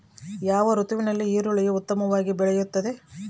ಯಾವ ಋತುವಿನಲ್ಲಿ ಈರುಳ್ಳಿಯು ಉತ್ತಮವಾಗಿ ಬೆಳೆಯುತ್ತದೆ?